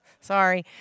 Sorry